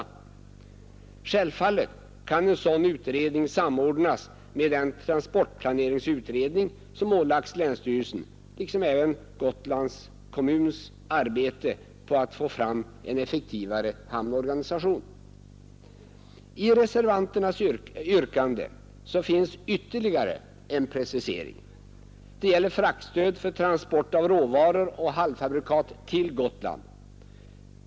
Självfallet kan en sådan utredning samordnas med den transportplaneringsutredning som ålagts länsstyrelsen liksom även med Gotlands kommuns arbete på att få fram en effektivare hamnorganisation. I reservanternas yrkande finns ytterligare en precisering. Det gäller fraktstöd för transport av råvaror och halvfabrikat till Gotland.